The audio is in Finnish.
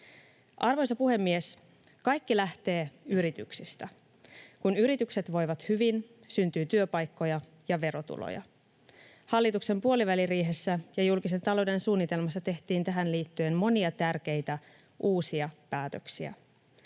Arvoisa puhemies! Kaikki lähtee yrityksistä: kun yritykset voivat hyvin, syntyy työpaikkoja ja verotuloja. Hallituksen puoliväliriihessä ja julkisen talouden suunnitelmassa tehtiin tähän liittyen monia tärkeitä, uusia päätöksiä.